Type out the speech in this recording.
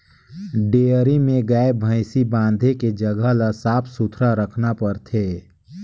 dairy में गाय, भइसी बांधे के जघा ल साफ सुथरा रखना परथे